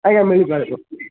ଆଜ୍ଞା ମିଳିପାରିବ